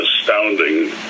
astounding